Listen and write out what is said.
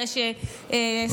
אחרי שהשרה דיסטל,